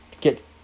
get